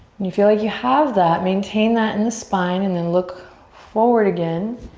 and you feel like you have that, maintain that in the spine and then look forward again.